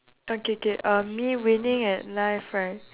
okay K um me winning at life right